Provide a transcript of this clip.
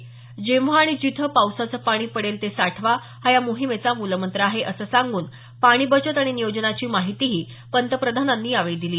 जेव्हा अणि जिथं पावसाचं पाणी पडेल ते साठवा हा या मोहिमेचा मूलमंत्र आहे असं सांगून पाणी बचत आणि नियोजनाची माहितीही पंतप्रधानांनी यावेळी दिली